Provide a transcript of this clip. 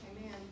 Amen